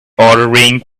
ordering